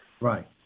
Right